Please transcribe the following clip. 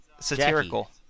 satirical